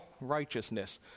righteousness